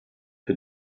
für